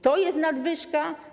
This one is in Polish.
To jest nadwyżka?